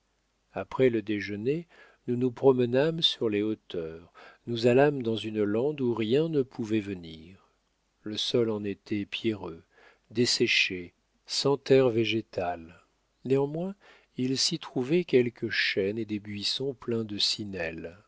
après le dîner nous nous promenâmes sur les hauteurs nous allâmes dans une lande où rien ne pouvait venir le sol en était pierreux desséché sans terre végétale néanmoins il s'y trouvait quelques chênes et des buissons pleins de